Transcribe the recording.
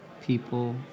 People